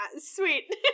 sweet